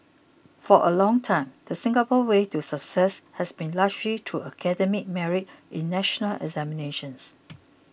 for a long time the Singapore way to success has been largely through academic merit in national examinations